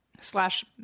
slash